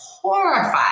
Horrified